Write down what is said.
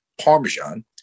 Parmesan